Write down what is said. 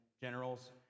generals